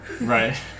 right